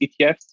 ETFs